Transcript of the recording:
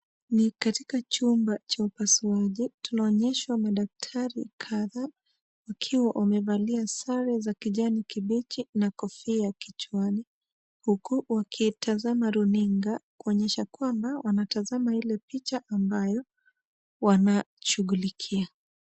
Ni katika chumba cha upasuaji tunaonyeshwa madaktari kadhaa wakiwa wamevalia sare za kijani kibichi na kofia ya kichwani huku wakitazama runinga kuonyesha kwamba wanatazama ile picha ambayo wanashughulikia.